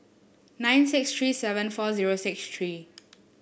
nine six three seven four zero six three